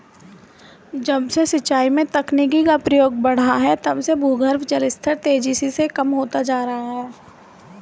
जब से सिंचाई में तकनीकी का प्रयोग बड़ा है तब से भूगर्भ जल स्तर तेजी से कम होता जा रहा है